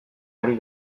ari